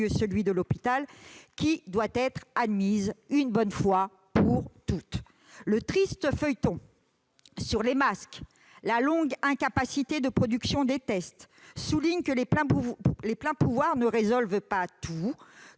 lieu de l'hôpital, qu'il faut admettre une fois pour toutes. Le triste feuilleton des masques et la longue incapacité de production de tests le soulignent : les pleins pouvoirs ne résolvent pas tout.